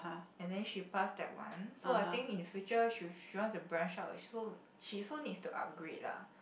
and then she passed that one so I think in future she she want to branch out also she also needs to upgrade lah